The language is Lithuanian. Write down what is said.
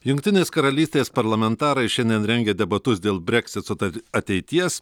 jungtinės karalystės parlamentarai šiandien rengia debatus dėl breksit sutar ateities